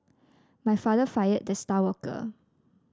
my father fired the star worker